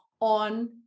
on